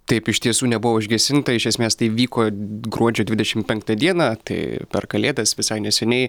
taip iš tiesų nebuvo užgesinta iš esmės tai vyko gruodžio dvidešim penktą dieną tai per kalėdas visai neseniai